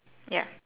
ya